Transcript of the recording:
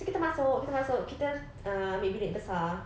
so kita masuk kita masuk kita uh ambil bilik besar